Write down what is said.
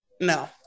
No